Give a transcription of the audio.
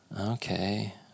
okay